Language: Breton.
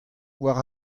war